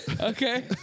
Okay